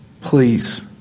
Please